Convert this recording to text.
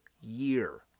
year